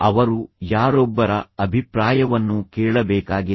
ಅವರು ಯಾರೊಬ್ಬರ ಅಭಿಪ್ರಾಯವನ್ನೂ ಕೇಳಬೇಕಾಗಿಲ್ಲ